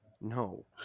No